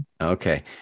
Okay